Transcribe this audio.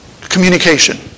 communication